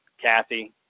Kathy